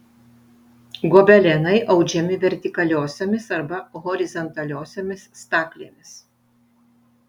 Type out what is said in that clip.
gobelenai audžiami vertikaliosiomis arba horizontaliosiomis staklėmis